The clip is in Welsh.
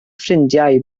ffrindiau